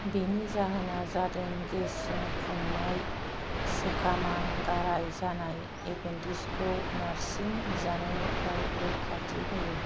बेनि जाहोना जादों गेसजों खुंनाय सेकामा गाराय जानाय एपेन्डिक्सखौ नारसिन जानायनिफ्राय रैखाथि होयो